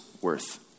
worth